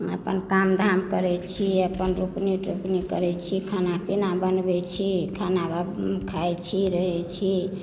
अपन काम धाम करै छी अपन रोपनी तोपनी करै छी खाना पीना बनबै छी खाना खाय छी रहै छी